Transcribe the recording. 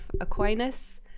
Aquinas